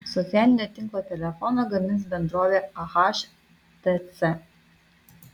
socialinio tinklo telefoną gamins bendrovė htc